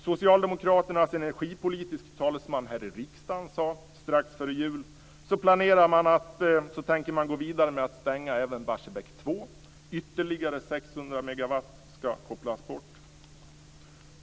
Socialdemokraternas energipolitiske talesman sade här i riksdagen strax före jul att man tänker gå vidare med att stänga även Barsebäck 2. Ytterligare 600 megawatt ska kopplas bort.